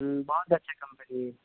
ہوں بہت اچھا کمپنی ہے